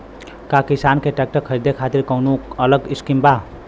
का किसान के ट्रैक्टर खरीदे खातिर कौनो अलग स्किम बा?